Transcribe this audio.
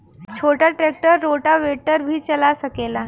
छोटा tractor rotavator भी चला सकेला?